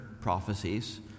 prophecies